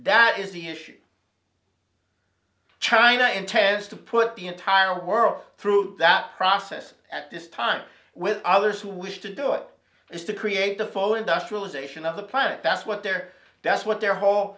that is the issue china intends to put the entire world through that process at this time with others who wish to do it is to create a full industrialization of the planet that's what they're that's what their whole